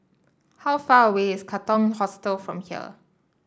how far away is Katong Hostel from here